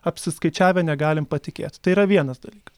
apsiskaičiavę negalim patikėt tai yra vienas dalykas